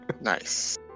Nice